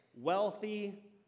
wealthy